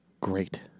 Great